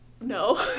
No